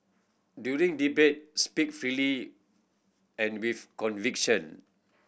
during debate speak freely and with conviction